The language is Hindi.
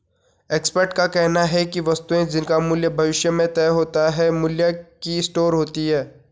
एक्सपर्ट का कहना है कि वे वस्तुएं जिनका मूल्य भविष्य में तय होता है मूल्य की स्टोर होती हैं